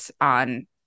on